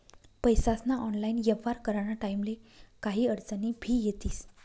पैसास्ना ऑनलाईन येव्हार कराना टाईमले काही आडचनी भी येतीस